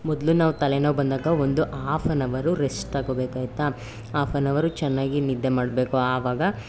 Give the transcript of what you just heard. ಮೊದಲು ನಾವು ತಲೆನೋವು ಬಂದಾಗ ಒಂದು ಆಫ್ ಆ್ಯನ್ ಅವರು ರೆಸ್ಟ್ ತಗೊಳ್ಬೇಕಾಗಿತ್ತಾ ಆಫ್ ಆ್ಯನ್ ಹವರು ಚೆನ್ನಾಗಿ ನಿದ್ದೆ ಮಾಡಬೇಕು ಆವಾಗ